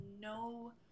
no